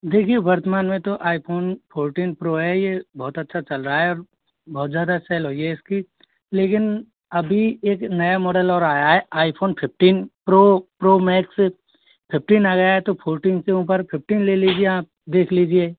देखिए वर्तमान में तो आईफोन फोरटीन प्रो है ये बहुत अच्छा चल रहा है बहुत ज़्यादा सेल हुई है इसकी लेकिन अभी एक नया मॉडल और आया है iPhone fifteen pro pro max fifteen आ गया तो फोरटीन के ऊपर फिफ्टीन ले लीजिए आप देख लीजिए